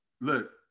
look